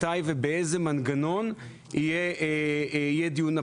מתי ובאיזה מנגנון יהיה דיון הפטור.